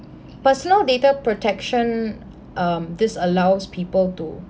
personal data protection um this allows people to